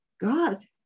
God